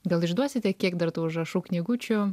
gal išduosite kiek dar tų užrašų knygučių